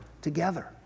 together